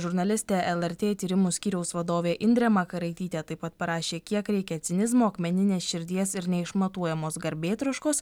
žurnalistė lrt tyrimų skyriaus vadovė indrė makaraitytė taip pat parašė kiek reikia cinizmo akmeninės širdies ir neišmatuojamos garbėtroškos